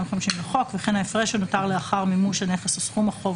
250 לחוק וכן ההפרש שנותר לאחר מימוש הנכס או סכום החוב